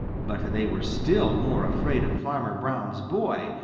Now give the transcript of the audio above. but they were still more afraid of farmer brown's boy,